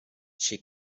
she